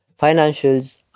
financials